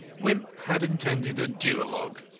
wimp had intended a duologue,